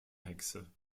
hexe